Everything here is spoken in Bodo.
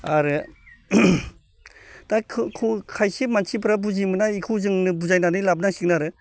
आरो दा खायसे मानसिफोरा बुजिमोना बेखौ जोंनो बुजायनानै लाबोनांसिगोन आरो